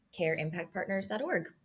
careimpactpartners.org